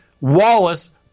Wallace